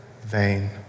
vain